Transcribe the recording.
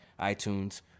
iTunes